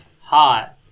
hot